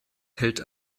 hält